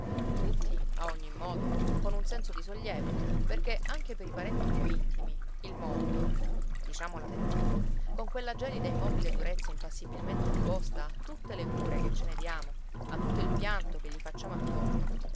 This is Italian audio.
tutti a ogni modo con un senso di sollievo perché anche per i parenti più intimi il morto diciamo la verità con quella gelida immobile durezza impassibilmente opposta a tutte le cure che ce ne diamo a tutto il pianto che gli facciamo attorno